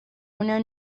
una